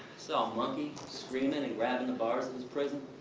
saw a monkey, screaming and grabbing the bars of his prison.